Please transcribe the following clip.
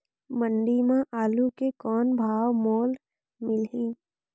मंडी म आलू के कौन भाव मोल मिलही?